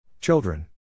Children